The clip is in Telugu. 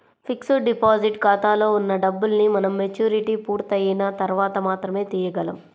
ఫిక్స్డ్ డిపాజిట్ ఖాతాలో ఉన్న డబ్బుల్ని మనం మెచ్యూరిటీ పూర్తయిన తర్వాత మాత్రమే తీయగలం